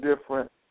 different